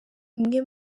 imwe